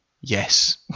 Yes